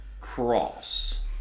cross